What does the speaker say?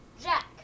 Jack